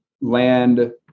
land